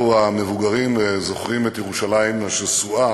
אנחנו המבוגרים זוכרים את ירושלים השסועה